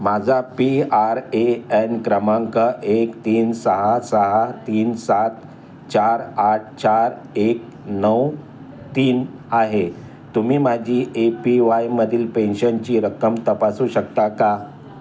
माझा P R A N क्रमांक एक तीन सहा सहा तीन सात चार आठ चार एक नऊ तीन आहे तुम्ही माझी ए पी वायमधील पेन्शनची रक्कम तपासू शकता का